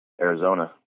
Arizona